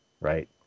right